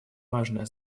важное